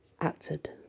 acted